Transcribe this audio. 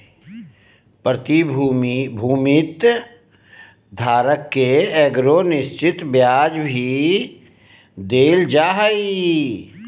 प्रतिभूति धारक के एगो निश्चित ब्याज भी देल जा हइ